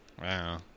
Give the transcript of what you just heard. Wow